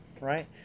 right